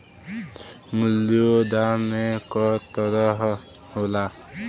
मूल्यों दामे क तरह होला